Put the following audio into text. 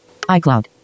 iCloud